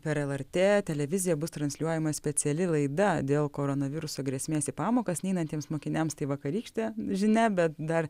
per lrt televiziją bus transliuojama speciali laida dėl koronaviruso grėsmės į pamokas neinantiems mokiniams tai vakarykštė žinia bet dar